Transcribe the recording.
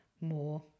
more